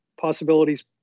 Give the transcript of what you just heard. possibilities